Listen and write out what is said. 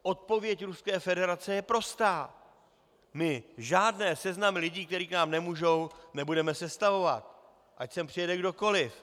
Odpověď Ruské federace je prostá my žádné seznamy lidí, kteří k nám nemohou, nebudeme sestavovat, ať sem přijede kdokoliv.